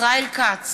ישראל כץ,